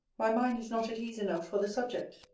my mind is not at ease enough for the subject.